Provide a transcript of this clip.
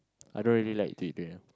I don't really like to eat durian